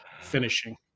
finishing